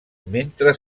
mentre